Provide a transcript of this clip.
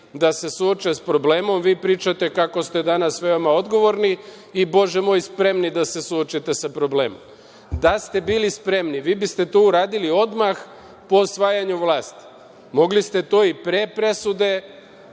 da se suoče sa problemom, vi pričate kako ste danas veoma odgovorni i, bože moj, spremni da se suočite sa problemom. Da ste bili spremni, vi bi ste to uradili odmah po osvajanju vlasti. Mogli ste to i pre presude